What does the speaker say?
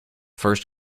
first